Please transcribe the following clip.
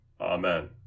Amen